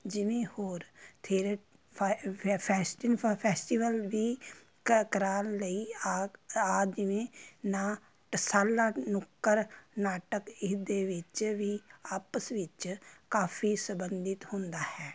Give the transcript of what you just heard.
ਜਿਵੇਂ ਹੋਰ ਥਿਰ ਫੈਸਟੀਵਲ ਵੀ ਕ ਕਰਵਾਉਣ ਲਈ ਆ ਆਦਿ ਜਿਵੇਂ ਨਾ ਟਸਾਲਾ ਨੁੱਕਰ ਨਾਟਕ ਇਹਦੇ ਵਿੱਚ ਵੀ ਆਪਸ ਵਿੱਚ ਕਾਫ਼ੀ ਸਬੰਧਿਤ ਹੁੰਦਾ ਹੈ